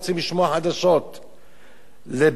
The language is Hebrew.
ובין הבידור שיש שם,